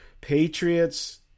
Patriots